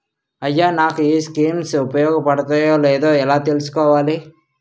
అయ్యా నాకు ఈ స్కీమ్స్ ఉపయోగ పడతయో లేదో ఎలా తులుసుకోవాలి?